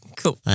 cool